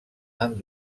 han